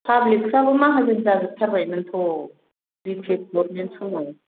पाब्लिफ्राबो माजाहोन जाजोबथारबायमोनथ' BPF government समाव